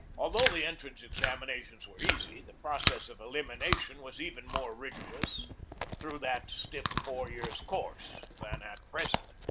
although the entrance examinations were easy, the process of elimination was even more rigorous through that stiff four years' course than at present.